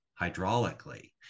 hydraulically